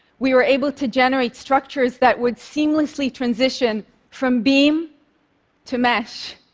we were able to generate structures that would seamlessly transition from beam to mesh,